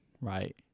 right